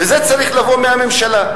וזה צריך לבוא מהממשלה.